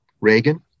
Reagan